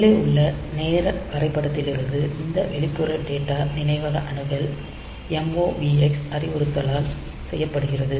மேலே உள்ள நேர வரைபடத்திலிருந்து இந்த வெளிப்புற டேட்டா நினைவக அணுகல் MOVX அறிவுறுத்தலால் செய்யப்படுகிறது